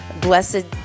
blessed